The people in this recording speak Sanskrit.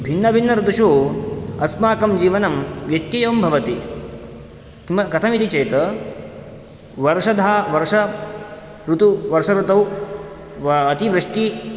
भिन्न भिन्न ऋतुषु अस्माकं जीवनं व्यत्ययं भवति किम कथमिति चेत् वर्षधा वर्ष ऋतु वर्ष ऋतौ वा अति वृष्टि